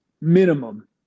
Minimum